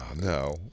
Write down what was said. no